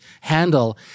handle